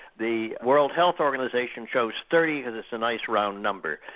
the world health organisation shows thirty as it's a nice round number.